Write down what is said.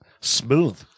Smooth